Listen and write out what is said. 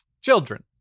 children